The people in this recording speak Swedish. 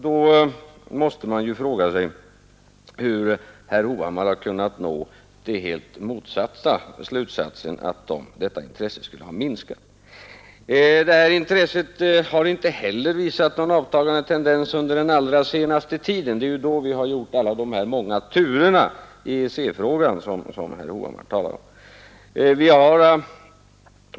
Då måste man ju fråga sig hur herr Hovhammar har kunnat nå den helt motsatta slutsatsen att detta intresse skulle ha minskat. Det här intresset har inte heller visat någon avtagande tendens under den allra senaste tiden; det är ju då vi skulle ha gjort alla de många turerna i EEC-frågan som herr Hovhammar talade om.